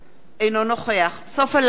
אינו נוכח סופה לנדבר,